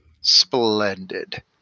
Splendid